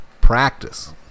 practice